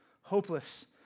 hopeless